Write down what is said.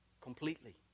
completely